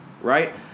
Right